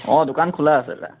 অঁ দোকান খোলা আছে দাদা